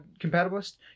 compatibilist